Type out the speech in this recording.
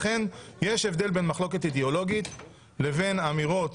ולכן יש הבדל בין מחלוקת אידאולוגית לבין אמירות